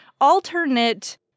alternate